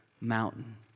mountain